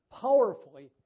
powerfully